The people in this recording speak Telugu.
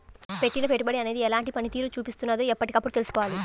పెట్టిన పెట్టుబడి అనేది ఎలాంటి పనితీరును చూపిస్తున్నదో ఎప్పటికప్పుడు తెల్సుకోవాలి